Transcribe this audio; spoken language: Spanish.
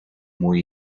muy